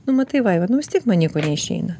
nu matai vaiva nu vis tiek man nieko neišeina